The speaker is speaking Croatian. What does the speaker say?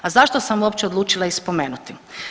A zašto sam uopće odlučila ih spomenuti?